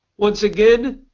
once again,